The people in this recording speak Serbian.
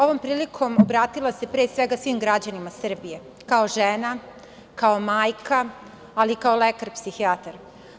Ovom prilikom bih se obratila pre svega svim građanima Srbije, kao žena, kao majka ali i kao lekar psihijatar.